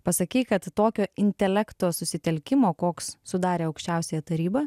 pasakei kad tokio intelekto susitelkimo koks sudarė aukščiausiąją tarybą